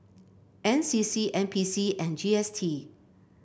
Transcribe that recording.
N C C N P C and G S T